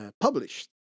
published